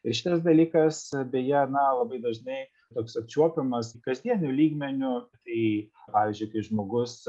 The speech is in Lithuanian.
ir šitas dalykas beje na labai dažnai toks apčiuopiamas kasdieniu lygmeniu tai pavyzdžiui kai žmogus